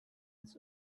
its